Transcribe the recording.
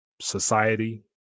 society